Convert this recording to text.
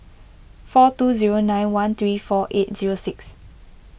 four two zero nine one three four eight zero six